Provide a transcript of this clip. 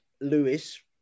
Lewis